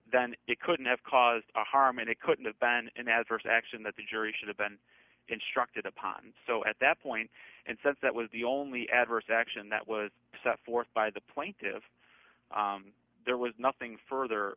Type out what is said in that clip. then it couldn't have caused a harm and it couldn't have been an adverse action that the jury should have been instructed upon so at that point and sense that was the only adverse action that was set forth by the plaintive there was nothing further